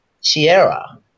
Sierra